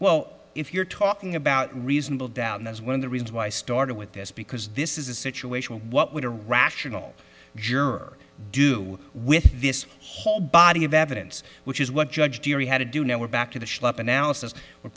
well if you're talking about reasonable doubt and that's one of the reasons why i started with this because this is a situation what would a rational juror do with this whole body of evidence which is what judge jury had to do now we're back to the s